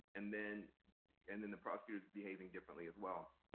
and then and then the prosecutor's behaving differently as well,